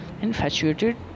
infatuated